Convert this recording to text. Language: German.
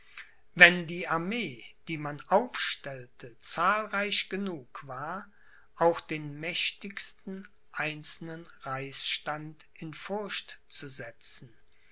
wenn die armee die man aufstellte zahlreich genug war auch den mächtigsten einzelnen reichsstand in furcht zu setzen